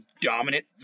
dominant